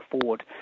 forward